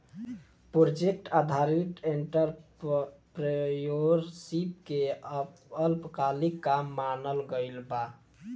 project आधारित entrepreneurship के अल्पकालिक काम मानल गइल बा